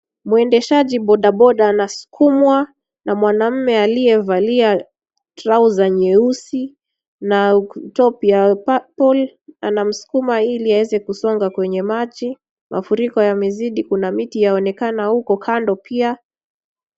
Mwendeshaji boda boda anasukumwa na mwanmume aliyevalia trauza nyeusi na top ya purple anamsukuma ili aweze kusonga kwenye maji, mafuriko yamezidi kuna miti yaonekana kando huko pia.